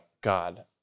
God